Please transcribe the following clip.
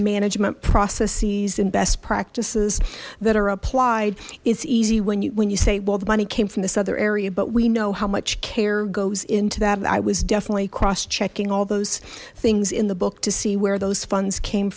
management processes and best practices that are applied it's easy when you when you say well the money came from this other area but we know how much care goes into that i was definitely cross checking all those things in the book to see where those funds came